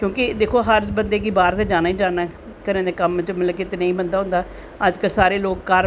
क्योंकि दिक्खो हर बंदे गी बाह्र ते जाना ही जाना ऐ घरें दे कम्म ते नी बंदा होंदा अग्ग कल सारे लोग घर